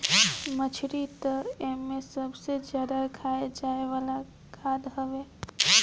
मछरी तअ एमे सबसे ज्यादा खाए जाए वाला खाद्य हवे